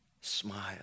smile